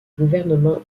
gouvernement